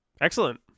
Excellent